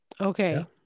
Okay